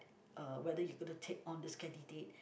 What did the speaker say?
uh whether you gonna take on this candidate